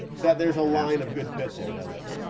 that there's a line of good fit there, does it?